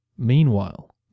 Meanwhile